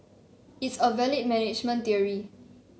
it's a valid management theory